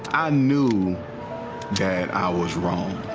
i knew that i was wrong.